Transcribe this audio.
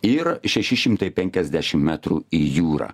ir šeši šimtai penkiasdešim metrų į jūrą